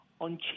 on